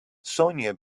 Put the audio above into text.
sonja